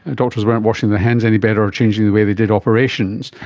and doctors weren't washing their hands any better or changing the way they did operations,